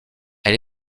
elle